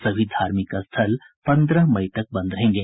सभी धार्मिक स्थल पंद्रह मई तक बंद रहेंगे